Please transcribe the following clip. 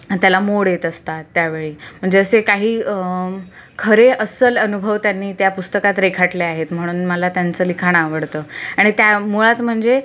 त्याला मोड येत असतात त्यावेळी म्हणजे असे काही खरे अस्सल अनुभव त्यांनी त्या पुस्तकात रेखाटले आहेत म्हणून मला त्यांचं लिखाण आवडतं आणि त्या मुळात म्हणजे